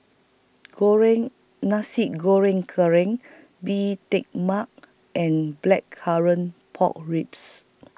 Goreng Nasi Goreng Kerang Bee Tai Mak and Blackcurrant Pork Ribs